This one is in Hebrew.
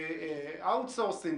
outsource,